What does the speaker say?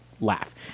laugh